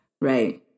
right